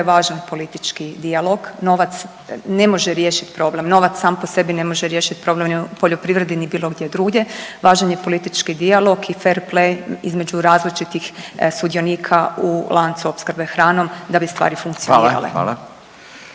važan politički dijalog. Novac ne može riješiti problem, novac sam po sebi ne može riješiti problem ni u poljoprivredi, ni bilo gdje drugdje. Važan je politički dijalog i fer play između različitih sudionika u lancu opskrbe hranom da bi stvari funkcionirale. **Radin,